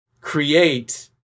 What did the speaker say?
create